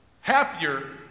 happier